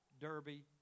Derby